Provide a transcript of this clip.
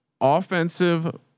offensive